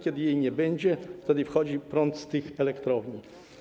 Kiedy jej nie będzie, będzie wchodził prąd z tych elektrowni.